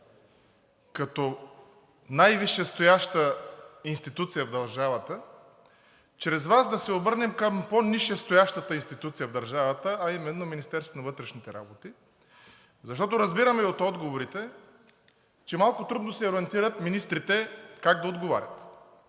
като най-висшестояща институция в държавата чрез Вас да се обърнем към по низшестоящата институция в държавата, а именно Министерството на вътрешните работи. Защото разбираме и от отговорите, че малко трудно се ориентират министрите как да отговарят.